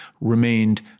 remained